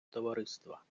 товариства